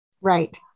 Right